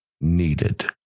needed